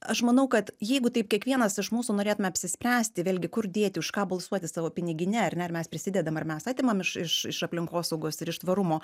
aš manau kad jeigu taip kiekvienas iš mūsų norėtume apsispręsti vėlgi kur dėti už ką balsuoti savo pinigine ar ne ar mes prisidedam ar mes atimam iš iš iš aplinkosaugos ir iš tvarumo